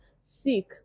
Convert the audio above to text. seek